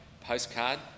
postcard